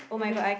mmhmm